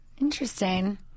interesting